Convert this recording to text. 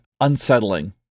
unsettling